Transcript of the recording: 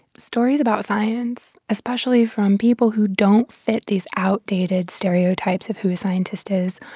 stories about science, especially from people who don't fit these outdated stereotypes of who a scientist is,